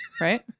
right